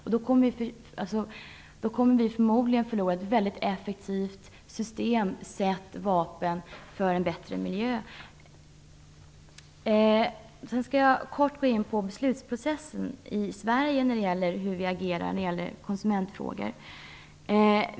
Om det händer, kommer vi förmodligen att förlora ett väldigt effektivt system och vapen för en bättre miljö. Jag skall kort gå in på beslutsprocessen i Sverige när det gäller hur vi agerar i konsumentfrågor.